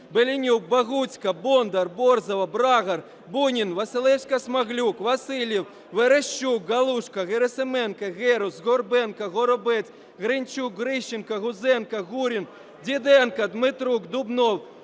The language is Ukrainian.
Беленюк, Богуцька, Бондар, Борзова, Брагар, Бунін, Василевська-Смаглюк, Васильєв, Верещук, Галушко, Герасименко, Герус, Горбенко, Горобець, Гринчук, Грищенко, Гузенко, Гурін, Діденко, Дмитрук, Дубнов,